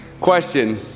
Question